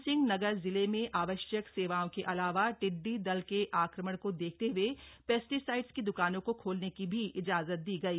उधमसिंह नगर जिले में आवश्यक सेवाओं के अलावा टिड्डी दल के आक्रमण को देखते हुए पेस्टिसाइड की दुकानों को खोलने की भी इजाजत दी गई